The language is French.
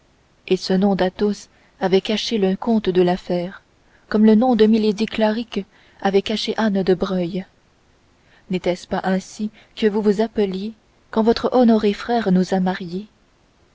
et ce nom d'athos avait caché le comte de la fère comme le nom de milady clarick avait caché anne de breuil n'était-ce pas ainsi que vous vous appeliez quand votre honoré frère nous a mariés